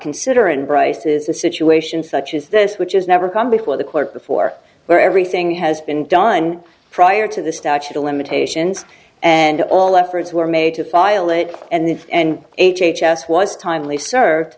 consider and bryce's a situation such as this which has never come before the court before where everything has been done prior to the statute of limitations and all efforts were made to file it and the and h h s was timely served